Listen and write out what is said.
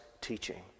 teaching